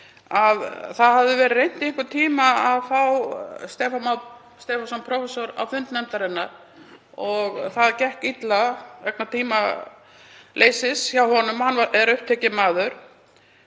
Það hafði verið reynt í einhvern tíma að fá Stefán Má Stefánsson prófessor á fund nefndarinnar og það gekk illa vegna tímaleysis hjá honum, hann er upptekinn maður.